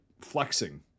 flexing